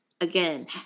Again